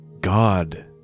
God